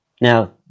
Now